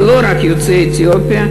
ולא רק יוצאי אתיופיה,